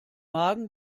magen